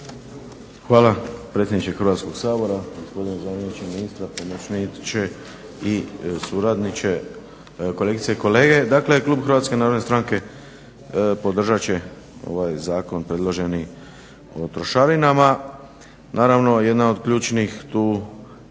Hvala predsjedniče Hrvatskog sabora, gospodine zamjeniče ministra, pomoćniče i suradniče, kolegice i kolege. Dakle Klub HNS-a podržat će ovaj zakon predloženi o trošarinama. Naravno jedna od ključnih tu